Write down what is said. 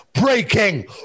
breaking